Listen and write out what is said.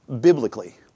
biblically